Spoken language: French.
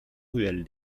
ruelle